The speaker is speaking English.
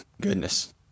goodness